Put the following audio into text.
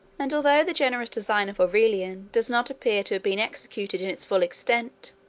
and, although the generous design of aurelian does not appear to have been executed in its full extent,